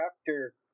chapter